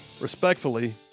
Respectfully